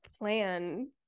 plan